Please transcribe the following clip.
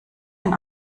ein